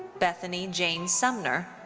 bethany jane sumner.